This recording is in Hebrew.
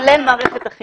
כולל מערכת החינוך.